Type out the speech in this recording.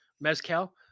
Mezcal